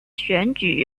选举